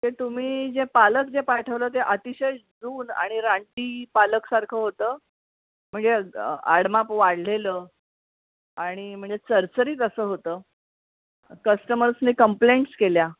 ते तुम्ही जे पालक जे पाठवलं ते अतिशय जून आणि रानटी पालकसारखं होतं म्हणजे अडमाप वाढलेलं आणि म्हणजे चरचरीत असं होतं कस्टमर्सनी कंप्लेंट्स केल्या